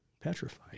petrified